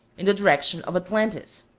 in the direction of atlantis.